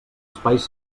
espais